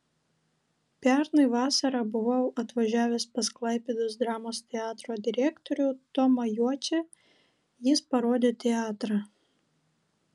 pernai vasarą buvau atvažiavęs pas klaipėdos dramos teatro direktorių tomą juočį jis parodė teatrą